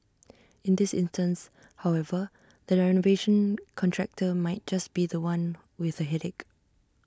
in this instance however the renovation contractor might just be The One with A headache